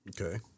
Okay